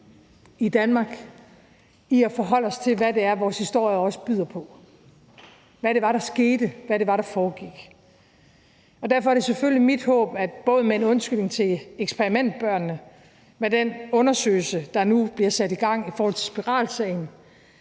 i Danmark i at forholde os til, hvad det er, vores historie også byder på, hvad det var, der skete, hvad det var, der foregik. Derfor er det selvfølgelig mit håb, at vi både med en undskyldning til eksperimentbørnene og med den undersøgelse, der nu bliver sat i gang i forhold til spiralsagen,